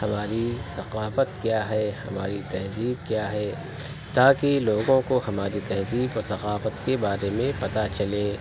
ہماری ثقافت کیا ہے ہماری تہذیب کیا ہے تاکہ لوگوں کو ہماری تہذیب اور ثقافت کے بارے میں پتہ چلے